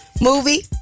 movie